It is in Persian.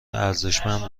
ارزشمند